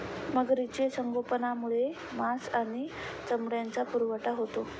मगरीचे संगोपनामुळे मांस आणि चामड्याचा पुरवठा होतो